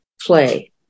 play